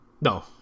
no